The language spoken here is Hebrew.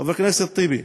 חבר הכנסת טיבי,